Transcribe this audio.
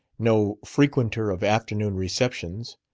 no frequenter of afternoon receptions.